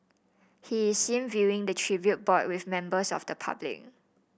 he is seen viewing the tribute board with members of the public